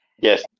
Yes